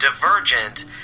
Divergent